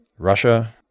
russia